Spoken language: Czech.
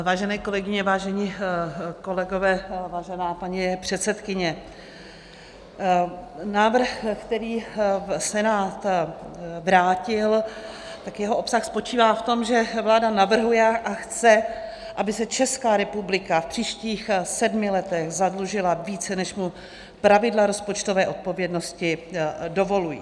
Vážené kolegyně, vážení kolegové, vážená paní předsedkyně, návrh, který Senát vrátil, jeho obsah spočívá v tom, že vláda navrhuje a chce, aby se Česká republika v příštích sedmi letech zadlužila více, než pravidla odpovědnosti dovolují.